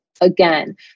again